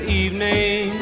evening